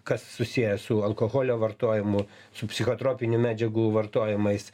kas susiję su alkoholio vartojimu su psichotropinių medžiagų vartojimais